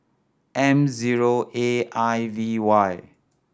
M zero A I V Y